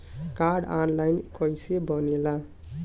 Card online कइसे बनेला?